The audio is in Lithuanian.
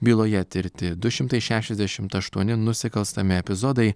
byloje tirti du šimtai šešiasdešimt aštuoni nusikalstami epizodai